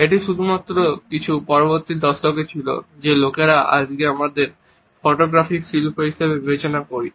এটি শুধুমাত্র কিছু পূর্ববর্তী দশকে ছিল যে লোকেরা আজকে আমরা ফটোগ্রাফি শিল্প হিসাবে বিবেচনা করি